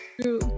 true